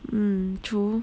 hmm true